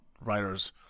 writers